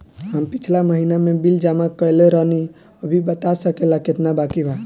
हम पिछला महीना में बिल जमा कइले रनि अभी बता सकेला केतना बाकि बा?